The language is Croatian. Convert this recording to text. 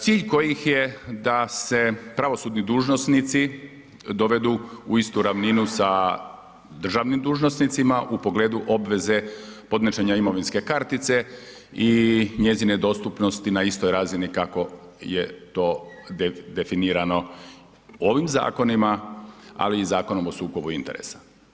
Cilj kojih je da se pravosudni dužnosnici dovedu u istu ravninu sa državnim dužnosnicima u pogledu obveze podnošenja imovinske kartice i njezine dostupnosti na istoj razini kako je to definirano ovim zakonima ali i Zakonom o sukobu interesa.